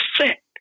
sick